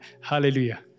Hallelujah